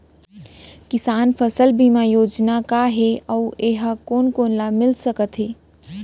किसान फसल बीमा योजना का हे अऊ ए हा कोन कोन ला मिलिस सकत हे?